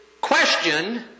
question